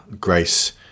Grace